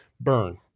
burn